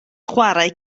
chwarae